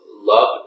love